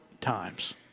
times